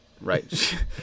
right